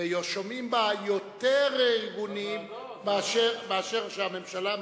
ושומעים בהן יותר ארגונים מאשר ישיבות הממשלה,